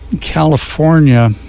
California